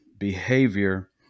behavior